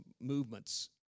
movements